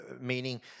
meaning